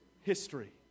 history